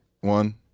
one